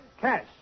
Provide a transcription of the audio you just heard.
cash